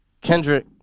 Kendrick